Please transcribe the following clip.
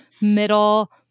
middle